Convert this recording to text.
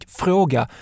fråga